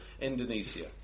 Indonesia